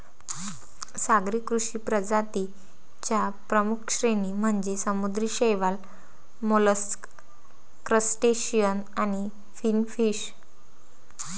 सागरी कृषी प्रजातीं च्या प्रमुख श्रेणी म्हणजे समुद्री शैवाल, मोलस्क, क्रस्टेशियन आणि फिनफिश